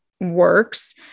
works